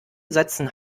setzen